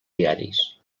diaris